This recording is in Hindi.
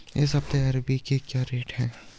इस हफ्ते अरबी के क्या रेट हैं?